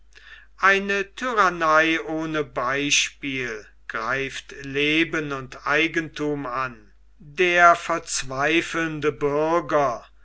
eine tyrannei ohne beispiel greift leben und eigenthum an der verzweifelnde bürger